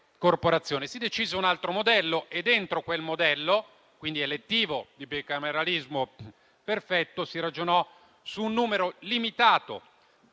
Si decise per un altro modello e dentro quel modello - elettivo e di bicameralismo perfetto - si ragionò su un numero limitato.